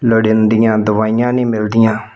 ਲੋੜੀਂਦੀਆਂ ਦਵਾਈਆਂ ਨਹੀਂ ਮਿਲਦੀਆਂ